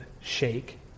shake